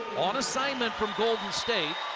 on assignment from golden state.